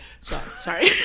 Sorry